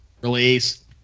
Release